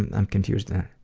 i'm confused there.